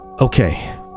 Okay